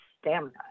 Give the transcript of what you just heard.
stamina